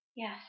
Yes